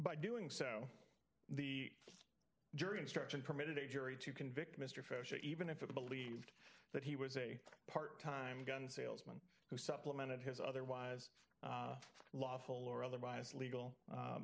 by doing so the jury instruction permitted a jury to convict mr faucheux even if it believed that he was a part time gun salesman who supplemented his otherwise lawful or otherwise legal